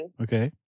Okay